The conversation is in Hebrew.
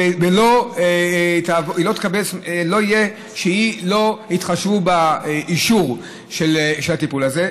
ולא יהיה שלא יתחשבו באישור של הטיפול הזה.